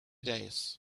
days